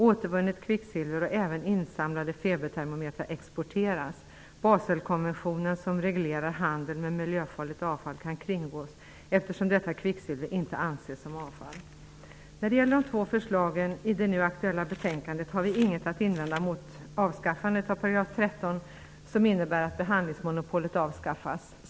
Återvunnet kvicksilver och även insamlade febertermometrar exporteras. Baselkonventionen som reglerar handel med miljöfarligt avfall kan kringgås eftersom detta kvicksilver inte anses som avfall. När det gäller de två förslagen i det nu aktuella betänkandet har vi inget att invända mot avskaffandet av § 13 som innebär att behandlingsmonopolet avskaffas.